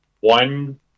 one